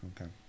Okay